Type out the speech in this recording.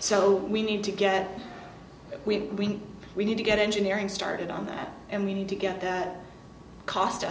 so we need to get we we need to get engineering started on that and we need to get that cost